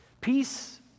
Peace